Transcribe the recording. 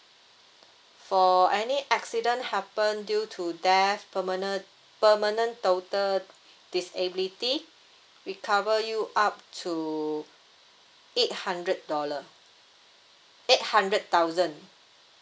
for any accident happen due to death permanent permanent total disability we cover you up to eight hundred dollar eight hundred thousand